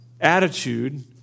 attitude